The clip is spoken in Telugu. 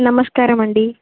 నమస్కారమండి